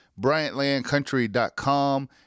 bryantlandcountry.com